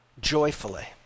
joyfully